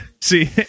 See